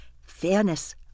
fairness